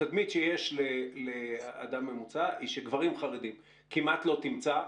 התדמית שיש לאדם ממוצע היא שגברים כמעט לא תמצא,